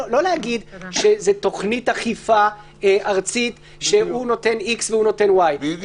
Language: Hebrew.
זה לא שזו תוכנית אכיפה ארצית שהוא נותן X וההוא נותן Y -- בדיוק.